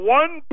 one